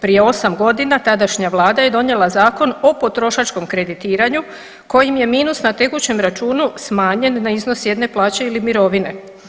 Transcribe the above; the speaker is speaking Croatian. Prije 8.g. tadašnja vlada je donijela Zakon o potrošačkom kreditiranju kojim je minus na tekućem računu smanjen na iznos jedne plaće ili mirovine.